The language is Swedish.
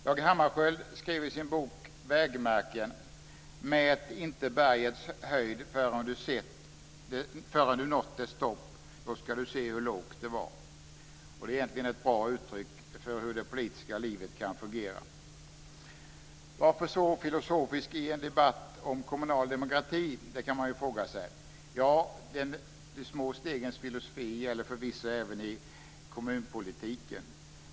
Dag Hammarskjöld skrev i sin bok Vägmärken: Mät inte bergets höjd förrän du nått dess topp, då ska du se hur lågt det var. Det är ett bra uttryck för hur det politiska livet kan fungera. Varför så filosofisk i en debatt om kommunal demokrati? Det kan man fråga sig. De små stegens filosofi gäller förvisso även i kommunpolitiken.